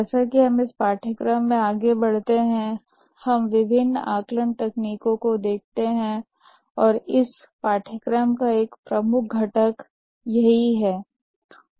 जैसा कि हम इस पाठ्यक्रम में आगे बढ़ते हैं हम विभिन्न आकलन तकनीकों को देखते हैं और यह इस पाठ्यक्रम का एक प्रमुख घटक है